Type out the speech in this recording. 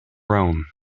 rome